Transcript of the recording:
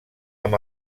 amb